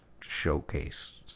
showcase